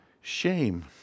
shame